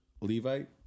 Levite